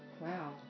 Wow